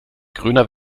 grüner